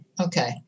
Okay